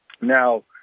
Now